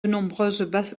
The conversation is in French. nombreuses